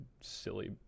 silly